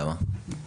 למה?